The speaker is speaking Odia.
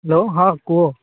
ହ୍ୟାଲୋ ହଁ କୁହ